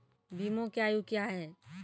बीमा के आयु क्या हैं?